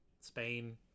spain